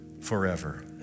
forever